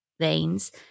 veins